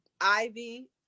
Ivy